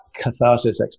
catharsis